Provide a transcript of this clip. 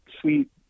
sweet